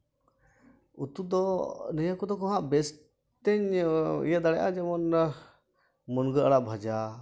ᱩᱛᱩ ᱫᱚ ᱱᱤᱭᱟᱹ ᱠᱚᱫᱚ ᱦᱟᱸᱜ ᱵᱮᱥᱛᱮᱧ ᱤᱭᱟᱹ ᱫᱟᱲᱮᱭᱟᱜᱼᱟ ᱡᱮᱢᱚᱱ ᱢᱩᱱᱜᱟᱹ ᱟᱲᱟᱜ ᱵᱷᱟᱡᱟ